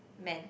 man